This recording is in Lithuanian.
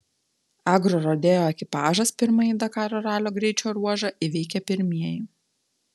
agrorodeo ekipažas pirmąjį dakaro ralio greičio ruožą įveikė pirmieji